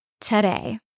today